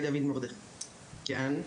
דויד מרדכייב